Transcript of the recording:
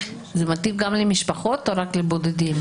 זה מתאים גם למשפחות או רק לבודדים?